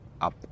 up